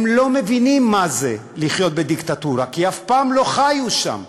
הם לא מבינים מה זה לחיות בדיקטטורה כי הם אף פעם לא חיו שם,